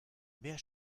wer